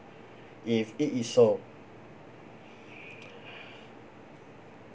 if it is so